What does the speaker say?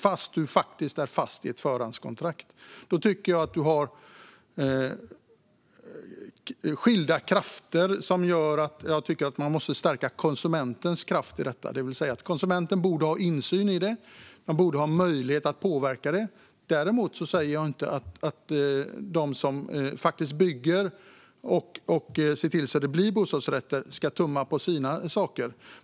Det finns skilda krafter, och jag tycker att man måste stärka konsumentens kraft. Konsumenten borde ha insyn och möjlighet att påverka. Däremot säger jag inte att de som faktiskt bygger och ser till att det tillkommer bostadsrätter ska tumma på sina saker.